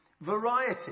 variety